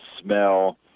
smell